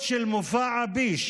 מופע הביש